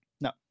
No